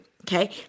okay